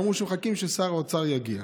ואמרו שמחכים ששר האוצר יגיע.